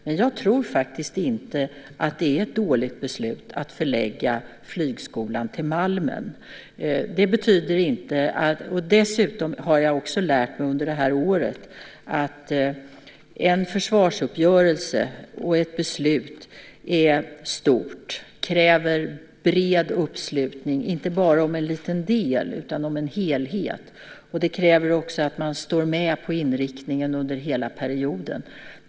Men jag tror faktiskt inte att det är ett dåligt beslut att förlägga flygskolan till Malmen. Dessutom har jag också lärt mig under det här året att en försvarsuppgörelse och ett försvarsbeslut är någonting stort som kräver bred uppslutning, inte bara om en liten del utan om helheten. Det kräver också att man står för inriktningen under hela perioden.